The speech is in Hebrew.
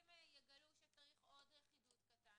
אם יגלו שצריך עוד חידוד קטן